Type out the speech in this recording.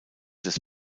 des